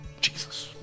Jesus